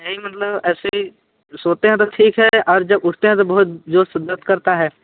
नहीं मतलब ऐसे ही सोते है तो ठीक है और जब उठते है तो बहुत जोर से दर्द करता है